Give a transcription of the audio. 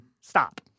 stop